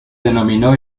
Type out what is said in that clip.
denominó